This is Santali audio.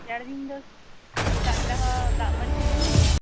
ᱨᱮᱭᱟᱲ ᱫᱤᱱ ᱫᱚ ᱥᱮᱛᱟᱜ ᱵᱮᱲᱟ ᱦᱚᱸ ᱫᱟᱜ ᱢᱟᱱᱰᱤ ᱯᱮ ᱡᱚᱢ ᱜᱮᱭᱟ